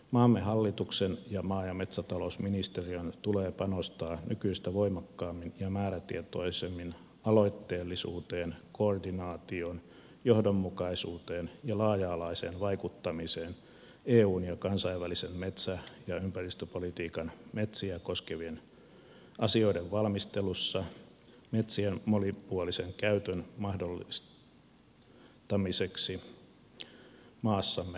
maamme hallituksen ja maa ja metsätalousministeriön tulee panostaa nykyistä voimakkaammin ja määrätietoisemmin aloitteellisuuteen koordinaatioon johdonmukaisuuteen ja laaja alaiseen vaikuttamiseen eun ja kansainvälisen metsä ja ympäristöpolitiikan metsiä koskevien asioiden valmistelussa metsien monipuolisen käytön mahdollista miseksi maassamme myös jatkossa